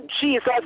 Jesus